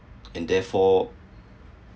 and therefore